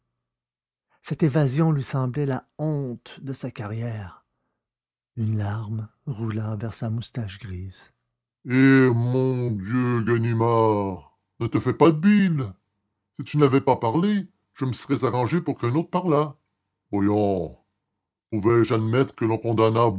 cette évasion lui semblait la honte de sa carrière une larme roula vers sa moustache grise eh mon dieu ganimard ne vous faites pas de bile si vous n'aviez pas parlé je me serais arrangé pour qu'un autre parlât voyons pouvais-je admettre que l'on